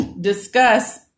discuss